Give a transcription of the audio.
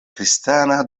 kristana